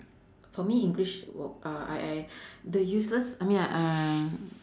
for me english w~ uh I I the useless I mean I uh